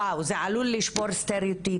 וואו, זה עלול לשבור סטריאוטיפים.